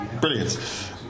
brilliant